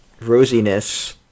rosiness